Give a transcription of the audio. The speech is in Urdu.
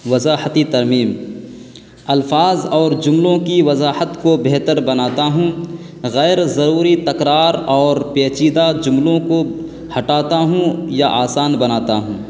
وضاحتی ترمیم الفاظ اور جملوں کی وضاحت کو بہتر بناتا ہوں غیرضروری تکرار اور پیچیدہ جملوں کو ہٹاتا ہوں یا آسان بناتا ہوں